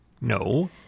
No